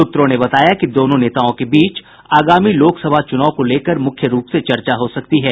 सूत्रों ने बताया कि दोनों नेताओं के बीच आगामी लोकसभा चुनाव को लेकर मुख्य रूप से चर्चा हो सकती है